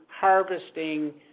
harvesting